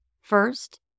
First